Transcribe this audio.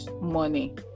money